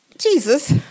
Jesus